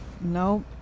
no